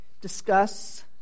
discuss